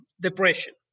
depression